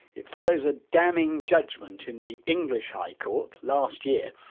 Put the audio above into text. it follows a damning judgement in the english high court last year,